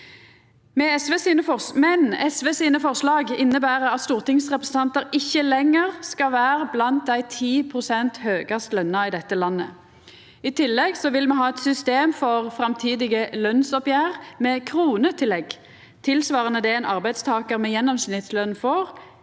Men SVs forslag inneber at stortingsrepresentantar ikkje lenger skal vera blant dei 10 pst. høgast lønte i dette landet. I tillegg vil me ha eit system for framtidige lønsoppgjer med kronetillegg, tilsvarande det ein arbeidstakar med gjennomsnittsløn får,